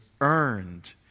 earned